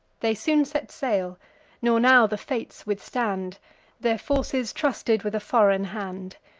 they soon set sail nor now the fates withstand their forces trusted with a foreign hand.